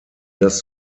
das